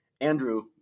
Andrew